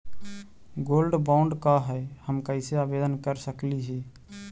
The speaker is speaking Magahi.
गोल्ड बॉन्ड का है, हम कैसे आवेदन कर सकली ही?